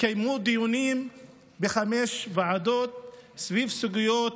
התקיימו דיונים בחמש ועדות סביב סוגיות